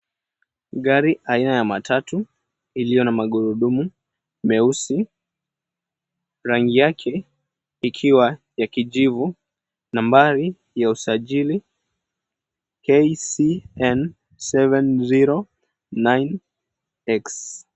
Gari aina ya matatu iliyo na magurudumu meusi, rangi yake ikiwa ya kijivu, nambari ya usajili KCN 709X.